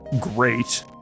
great